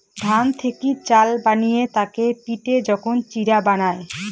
ধান থেকি চাল বানিয়ে তাকে পিটে যখন চিড়া বানায়